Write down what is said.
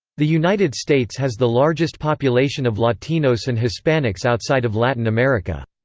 the united states has the largest population of latinos and hispanics outside of latin america.